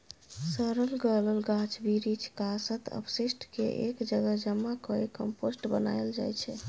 सरल गलल गाछ बिरीछ, कासत, अपशिष्ट केँ एक जगह जमा कए कंपोस्ट बनाएल जाइ छै